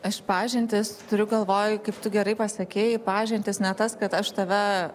aš pažintis turiu galvoj kaip tu gerai pasakei pažintis ne tas kad aš tave